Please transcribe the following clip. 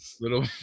little